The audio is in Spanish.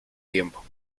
tiempo